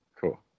cool